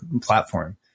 platform